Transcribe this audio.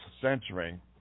censoring